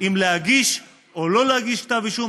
אם להגיש או לא להגיש כתב אישום,